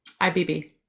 ibb